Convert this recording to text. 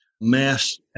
Mass